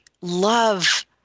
love